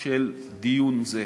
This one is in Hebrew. של דיון זה,